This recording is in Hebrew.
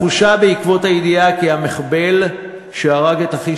התחושה בעקבות הידיעה כי המחבל שהרג את אחי